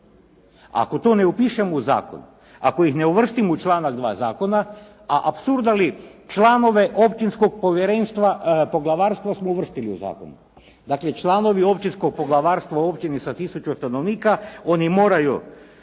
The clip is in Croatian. Ako to ne upišemo u zakon, ako ih ne uvrstimo u članak 2. zakona, a apsurdno li, članove općinskog povjerenstva, poglavarstva smo uvrstili u zakon. Dakle, članovi općinskog poglavarstva u općini sa 1000 stanovnika oni moraju